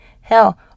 Hell